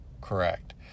Correct